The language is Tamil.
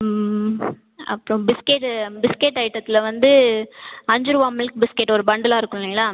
அப்புறோம் பிஸ்கெட்டு பிஸ்கெட் ஐட்டத்தில் வந்து அஞ்சு ரூபா மில்க் பிஸ்கெட் ஒரு பண்டிலாக இருக்கும் இல்லைங்களா